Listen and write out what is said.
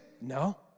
No